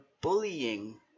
bullying